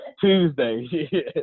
Tuesday